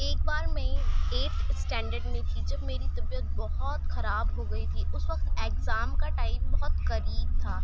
ایک بار میں ایٹتھ اسٹینڈرڈ میں تھی جب میری طبیعت بہت خراب ہو گئی تھی اس وقت اکزام کا ٹائم بہت قریب تھا